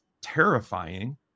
terrifying